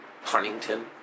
Huntington